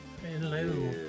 Hello